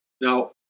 Now